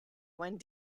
one